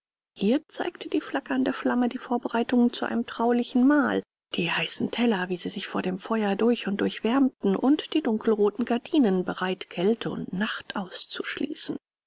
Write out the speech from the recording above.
hier zeigte die flackernde flamme die vorbereitungen zu einem traulichen mahl die heißen teller wie sie sich vor dem feuer durch und durch wärmten und die dunkelroten gardinen bereit kälte und nacht auszuschließen